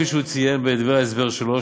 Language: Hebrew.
כפי שהוא ציין בדברי ההסבר שלו,